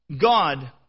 God